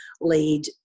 lead